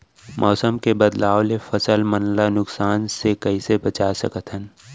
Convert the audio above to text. मौसम के बदलाव ले फसल मन ला नुकसान से कइसे बचा सकथन?